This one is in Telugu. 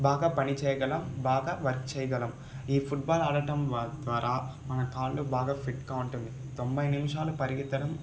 బాగా పని చేయగలం బాగా వర్క్ చేయగలం ఈ ఫుట్బాల్ ఆడటం ద్వా ద్వారా మన కాళ్ళు బాగా ఫిట్గా ఉంటాయి తొంభై నిమిషాలు పరిగెత్తడం